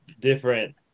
different